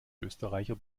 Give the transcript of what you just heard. österreicher